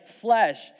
flesh